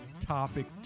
Topic